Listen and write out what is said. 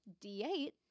D8